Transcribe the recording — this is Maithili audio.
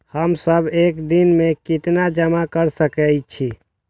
हम सब एक दिन में केतना जमा कर सके छी?